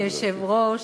אדוני היושב-ראש,